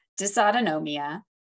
dysautonomia